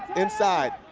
inside.